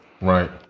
right